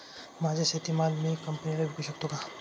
माझा शेतीमाल मी कंपनीला विकू शकतो का?